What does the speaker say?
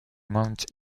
mount